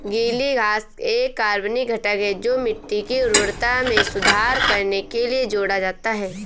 गीली घास एक कार्बनिक घटक है जो मिट्टी की उर्वरता में सुधार करने के लिए जोड़ा जाता है